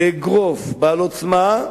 לאגרוף בעל עוצמה,